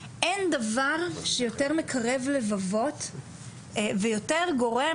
אין דבר שיותר מקרב לבבות ויותר גורם